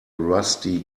rusty